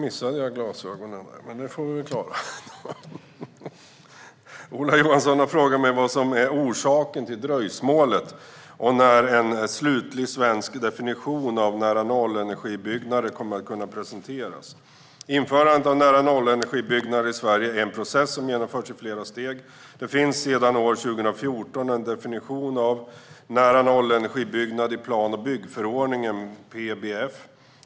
Herr talman! Ola Johansson har frågat mig vad som är orsaken till dröjsmålet och när en slutlig svensk definition av nära-nollenergibyggnader kommer att kunna presenteras. Införandet av nära-nollenergibyggnader i Sverige är en process som genomförs i flera steg. Det finns sedan år 2014 en definition av nära-nollenergibyggnad i plan och byggförordningen, PBF.